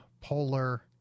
polar